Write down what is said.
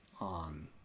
on